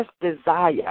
desire